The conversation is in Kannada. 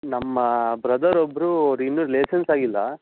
ನಮ್ಮ ಬ್ರದರ್ ಒಬ್ಬರು ಅವರಿನ್ನು ಲೆಸೆನ್ಸ್ ಆಗಿಲ್ಲ